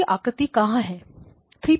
दूसरी आकृति कहां है